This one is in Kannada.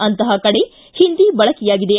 ಅಂತಪ ಕಡೆ ಹಿಂದಿ ಬಳಕೆಯಾಗಿದೆ